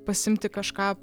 pasiimti kažką